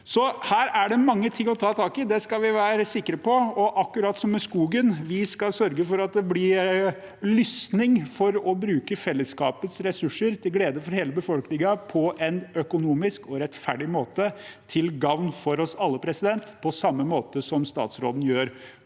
Det er mange ting å ta tak i, det skal vi være sikre på. Akkurat som med skogen skal vi sørge for at det blir lysning for å bruke fellesskapets ressurser til glede for hele befolkningen på en økonomisk og rettferdig måte til gagn for oss alle, på samme måte som statsråden gjør